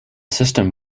system